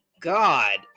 god